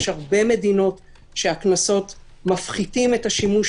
יש הרבה מדינות שהקנסות מפחיתים את השימוש